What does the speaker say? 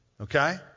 Okay